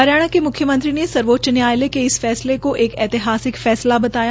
हरियाणा के मुख्यमंत्री ने सर्वोच्च न्यायालय के इस फैसले क एक ऐतिहासिक फैसला बताया